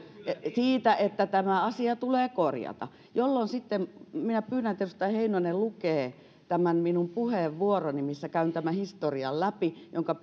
siitä että tämä asia tulee korjata jolloin sitten minä pyydän että edustaja heinonen lukee minun puheenvuoroni missä käyn tämän historian läpi jonka